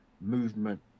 movement